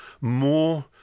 more